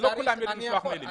לא כולם יודעים לשלוח מיילים.